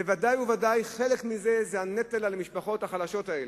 ודאי וודאי שחלק מזה הוא הנטל על המשפחות החלשות האלה.